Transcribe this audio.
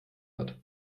hat